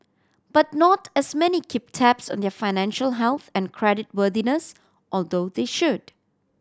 but not as many keep tabs on their financial health and creditworthiness although they should